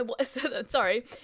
Sorry